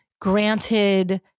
granted